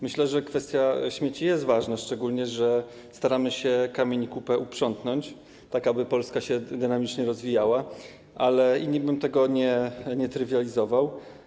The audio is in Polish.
Myślę, że kwestia śmieci jest ważna, szczególnie że staramy się kamieni kupę uprzątnąć, tak aby Polska się dynamicznie rozwijała, i bym tego nie trywializował.